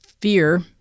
fear